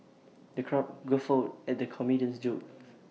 the crowd guffawed at the comedian's jokes